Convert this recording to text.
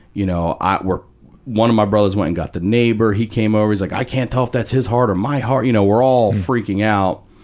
you know, i we're one of my brothers went and got the neighbor. he came over, he's like, i can't tell if that's his heart or my heart. you know, we're all freaking out.